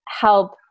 help